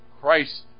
Christ